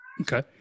Okay